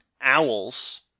owls